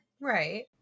Right